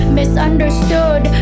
misunderstood